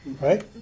Right